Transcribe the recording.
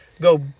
Go